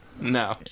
No